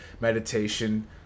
meditation